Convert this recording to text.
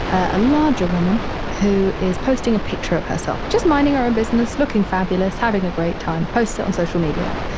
a larger woman who is posting a picture of herself. just minding our own business, looking fabulous, having a great time, posts it on social media.